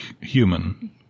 human